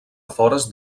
afores